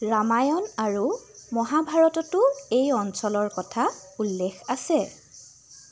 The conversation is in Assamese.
ৰামায়ণ আৰু মহাভাৰততো এই অঞ্চলৰ কথা উল্লেখ আছে